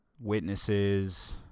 witnesses